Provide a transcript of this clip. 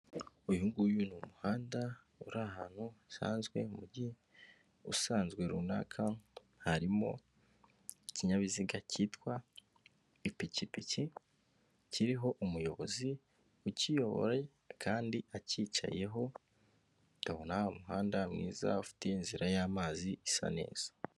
Uyu nguyu ni umuhanda uri ahantu hasanzwe mu mujyi usanzwe runaka harimo ikinyabiziga kitwa ipikipiki kiriho umuyobozi ukiyoboye kandi akicayeho, ukabona umuhanda mwiza afite inzira y'amazi isa neza.